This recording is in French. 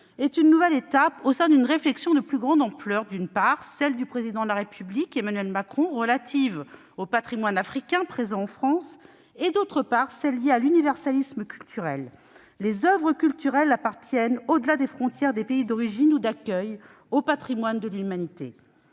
est une nouvelle étape au sein d'une réflexion de plus grande ampleur : d'une part, celle du Président de la République, Emmanuel Macron, relative au patrimoine africain présent en France et, d'autre part, celle qui est liée à l'universalisme culturel, voulant que les oeuvres culturelles appartiennent, au-delà des frontières des pays d'origine ou d'accueil, au patrimoine de l'humanité.